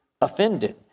offended